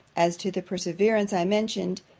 as to the perseverance i mentioned,